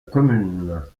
commune